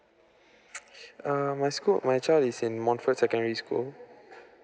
um my school my child is in montfort secondary school